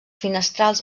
finestrals